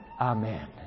Amen